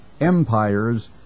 empires